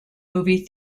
movie